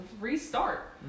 restart